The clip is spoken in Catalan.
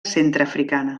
centreafricana